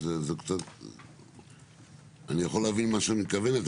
אני יכול להבין את מה שאת מתכוונת.